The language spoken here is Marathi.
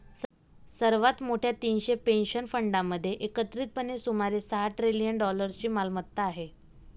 सर्वात मोठ्या तीनशे पेन्शन फंडांमध्ये एकत्रितपणे सुमारे सहा ट्रिलियन डॉलर्सची मालमत्ता आहे